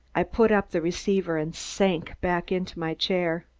i put up the receiver and sank back in my chair.